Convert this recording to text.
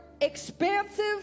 expansive